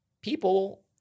people